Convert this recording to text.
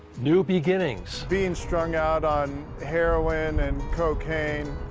new beginnings. being strung out on heroin and cocaine,